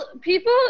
people